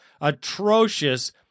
atrocious